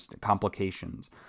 complications